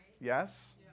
Yes